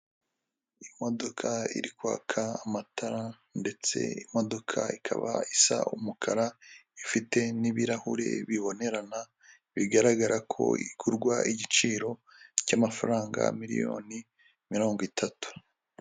Imodoka iri kwaka amatara, ndetse imodoka ikaba isa umukara, ifite n'ibirahure bibonerana, bigaragara ko igurwa igiciro cy'amafaranga miliyoni mirongo itatu.